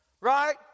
right